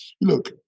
look